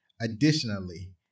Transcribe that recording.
Additionally